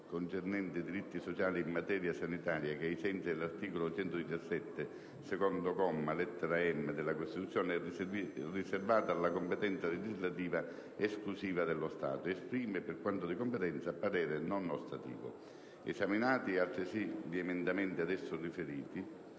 concernenti diritti sociali in materia sanitaria che, ai sensi dell'articolo 117, secondo comma, lettera *m)*, della Costituzione, è riservata alla competenza legislativa esclusiva dello Stato, esprime, per quanto di competenza, parere non ostativo. Esaminati altresì gli emendamenti ad esso riferiti,